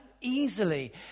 easily